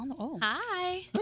Hi